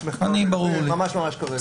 יש מחקר שנעשה ממש ממש כרגע.